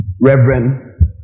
reverend